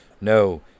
no